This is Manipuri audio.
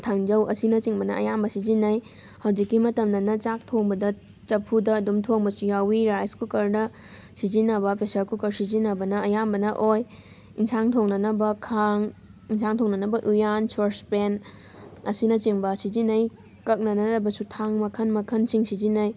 ꯊꯥꯡꯖꯧ ꯑꯁꯤꯅꯆꯤꯡꯕꯅ ꯑꯌꯥꯝꯕ ꯁꯤꯖꯤꯟꯅꯩ ꯍꯧꯖꯤꯛꯀꯤ ꯃꯇꯝꯗꯅ ꯆꯥꯛ ꯊꯣꯡꯕꯗ ꯆꯐꯨꯗ ꯑꯗꯨꯝ ꯊꯣꯡꯕꯁꯨ ꯌꯥꯎꯋꯤ ꯔꯥꯏꯁ ꯀꯨꯀꯔꯗ ꯁꯤꯖꯤꯟꯅꯕ ꯄ꯭ꯔꯦꯁꯔ ꯀꯨꯀꯔ ꯁꯤꯖꯤꯟꯅꯕꯅ ꯑꯌꯥꯝꯕꯅ ꯑꯣꯏ ꯑꯦꯟꯁꯥꯡ ꯊꯣꯡꯅꯅꯕ ꯈꯥꯡ ꯑꯦꯟꯁꯥꯡ ꯊꯣꯡꯅꯅꯕ ꯎꯌꯥꯟ ꯁꯣꯔꯁꯄꯦꯟ ꯑꯁꯤꯅꯆꯤꯡꯕ ꯁꯤꯖꯤꯟꯅꯩ ꯀꯛꯅꯅꯕꯁꯨ ꯊꯥꯡ ꯃꯈꯜ ꯃꯈꯜꯁꯤꯡ ꯁꯤꯖꯤꯟꯅꯩ